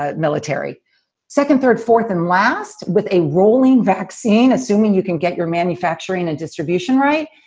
ah military second, third, fourth and last with a rolling vaccine, assuming you can get your manufacturing and distribution right.